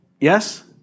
Yes